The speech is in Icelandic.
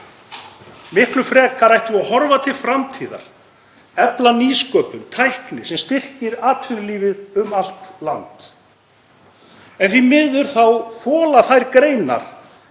Miklu frekar ættum við að horfa til framtíðar, efla nýsköpun, tækni sem styrkir atvinnulífið um allt land, en því miður þá þola þær greinar